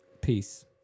peace